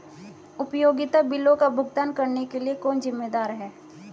उपयोगिता बिलों का भुगतान करने के लिए कौन जिम्मेदार है?